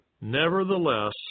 Nevertheless